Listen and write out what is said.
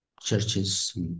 churches